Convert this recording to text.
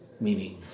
Meaning